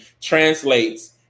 translates